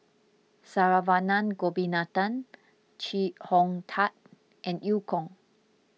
Saravanan Gopinathan Chee Hong Tat and Eu Kong